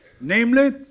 Namely